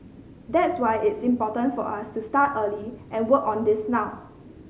that's why it's important for us to start early and work on this now